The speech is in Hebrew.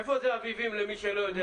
איפה זה מושב אביבים למי שלא יודע?